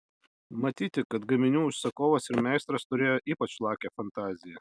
matyti kad gaminių užsakovas ir meistras turėjo ypač lakią fantaziją